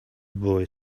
boy